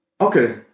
Okay